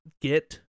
get